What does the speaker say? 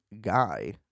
guy